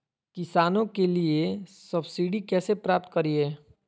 किसानों के लिए सब्सिडी कैसे प्राप्त करिये?